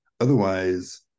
otherwise